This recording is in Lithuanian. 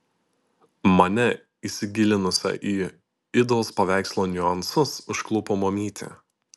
mane įsigilinusią į idos paveikslo niuansus užklupo mamytė